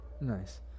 Nice